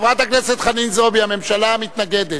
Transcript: הממשלה מתנגדת,